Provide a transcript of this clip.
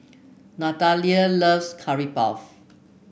Natalia loves Curry Puff